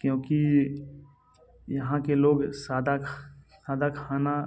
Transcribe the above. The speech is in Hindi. क्योंकि यहाँ के लोग सादा सादा खाना